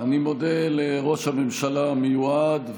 אני מודה לראש הממשלה המיועד,